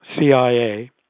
CIA